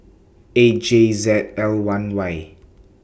eight J Z L one Y